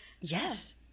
yes